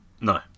No